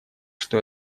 что